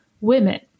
women